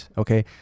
okay